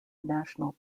national